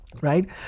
right